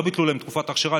לא ביטלו להם את תקופה האכשרה,